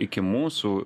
iki mūsų